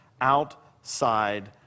outside